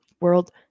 World